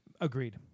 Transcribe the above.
Agreed